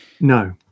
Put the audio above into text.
No